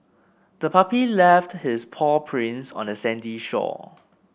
the puppy left its paw prints on the sandy shore